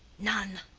none,